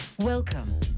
Welcome